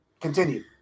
Continue